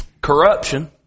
Corruption